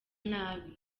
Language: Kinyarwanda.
nabi